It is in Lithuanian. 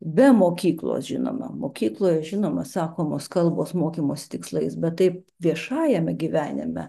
be mokyklos žinoma mokykloje žinoma sakomos kalbos mokymosi tikslais bet taip viešajame gyvenime